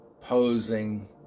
posing